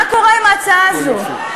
מה קורה עם ההצעה הזו?